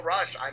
Rush